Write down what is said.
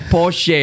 Porsche